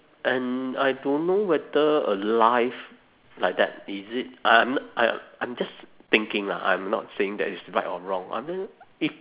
and I don't know whether a life like that is it I'm I I'm just thinking lah I'm not saying that it's right or wrong I mean if